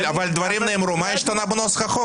דברים נאמרו, ומה השתנה בנוסח החוק?